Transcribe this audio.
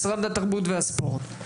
משרד התרבות והספורט,